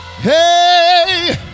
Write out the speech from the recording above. Hey